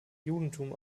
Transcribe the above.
judentum